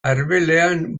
arbelean